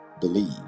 believe